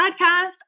podcast